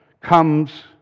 comes